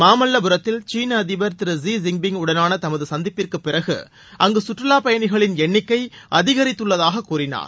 மாமல்லபுரத்தில் சீன அதிபர் திரு லி ஜின்பிங் வுடனான தமது சந்திப்பிற்கு பிறகு அங்கு சுற்றுவா பயணிகளின் எண்ணிக்கை அதிகரித்துள்ளதாக கூறினார்